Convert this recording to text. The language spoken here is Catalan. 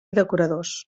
decoradors